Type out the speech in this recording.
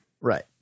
Right